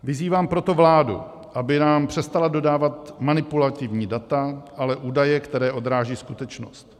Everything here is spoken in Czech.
Vyzývám proto vládu, aby nám přestala dodávat manipulativní data, ale údaje, které odrážejí skutečnost.